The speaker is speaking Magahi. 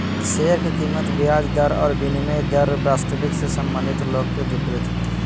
शेयर के कीमत ब्याज दर और विनिमय दर वास्तविक से संबंधित लोग के विपरीत हइ